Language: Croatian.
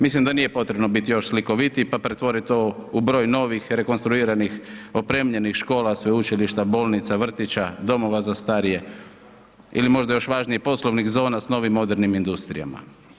Mislim da nije potrebno bit još slikovitiji, pa pretvorit to u broj novih rekonstruiranih opremljenih škola, sveučilišta, bolnica, vrtića, domova za starije ili možda još važnije, poslovnih zona s novim modernim industrijama.